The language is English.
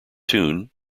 tune